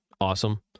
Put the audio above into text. awesome